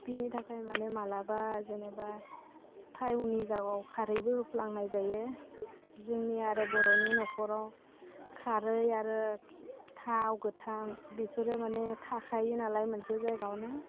बिनि थाखाय माने मालाबा जेनेबा थावनि जावाव खारैबो होफ्लांनाय जायो जोंनि आरो बर'नि न'खराव खारै आरो थाव गोथां बेफोरो माने थाखायो नालाय मोनसे जायगायावनो